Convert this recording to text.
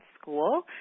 school